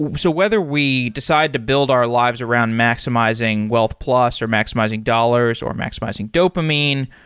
so whether we decide to build our lives around maximizing wealth plus or maximizing dollars or maximizing dopamine,